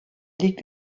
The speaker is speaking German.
liegt